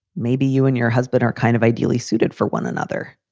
maybe you and your husband are kind of ideally suited for one another.